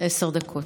דקות.